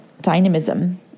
dynamism